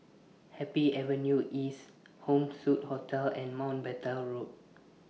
Happy Avenue East Home Suite Hotel and Mountbatten Road